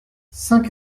saint